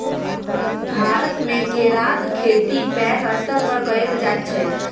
भारतमे केराक खेती पैघ स्तर पर कएल जाइत छै